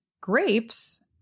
grapes